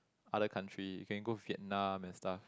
other country you can go Vietnam and stuff